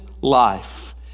life